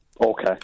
Okay